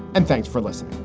and thanks for listening